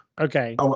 Okay